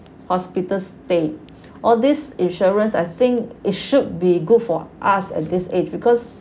hospitals they all these insurance I think it should be good for us at this age because